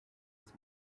his